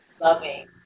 loving